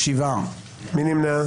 מי נמנע?